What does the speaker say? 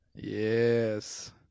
yes